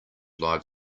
live